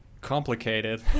complicated